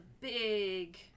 big